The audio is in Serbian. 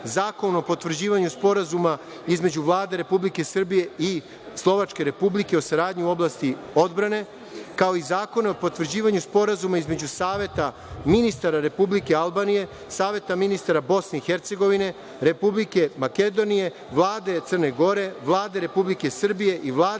zakon o potvrđivanju Sporazuma između Vlade Republike Srbije i Slovačke Republike o saradnji u oblasti odbrane, kao i zakon o potvrđivanju Sporazuma između Saveta ministara Republike Albanije, Saveta ministara Bosne i Hercegovine, Republike Makedonije, Vlade Crne Gore, Vlade Republike Srbije i Vlade